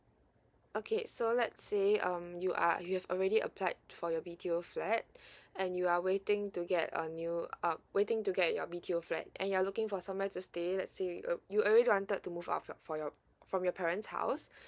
okay so let's say um you are you have already applied for you B_T_O flat and you are waiting to get a new uh waiting to get your B_T_O flat and you're looking for somewhere to stay let's say uh you always wanted to move out of your for your from your parents house